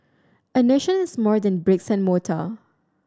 a nation is more than bricks and mortar